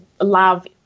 love